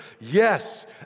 Yes